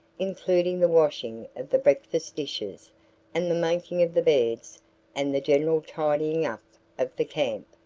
including the washing of the breakfast dishes and the making of the beds and the general tidying-up of the camp.